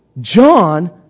John